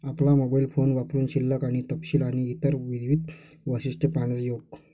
आपला mobile phone वापरुन शिल्लक आणि तपशील आणि इतर विविध वैशिष्ट्ये पाहण्याचा योग